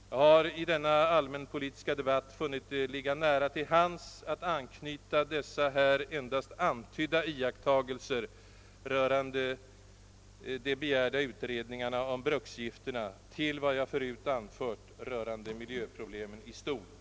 Jag har i denna allmänpolitiska debatt funnit det ligga nära till hands att anknyta dessa här endast antydda iakttagelser rörande de begärda utredningarna om bruksgifterna till vad jag förut anfört rörande miljöproblemen i stort.